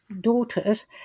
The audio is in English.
Daughters